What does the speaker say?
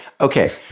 Okay